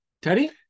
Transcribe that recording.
Teddy